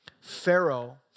Pharaoh